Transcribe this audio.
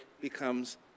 becomes